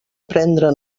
prendre